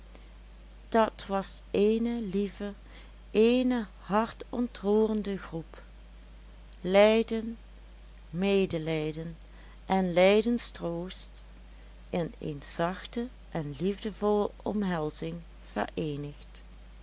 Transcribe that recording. dat was eene lieve eene hartontroerende groep lijden medelijden en lijdenstroost in een zachte en liefdevolle omhelzing